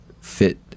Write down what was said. fit